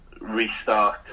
restart